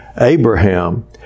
Abraham